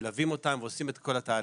מלווים אותם ועושים את כל התהליכים.